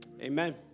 Amen